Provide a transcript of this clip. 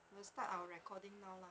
we'll start our recording now lah